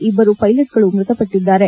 ಇಬ್ಬರು ಪೈಲಟ್ಗಳು ಮೃತಪಟ್ಟಿದ್ದಾರೆ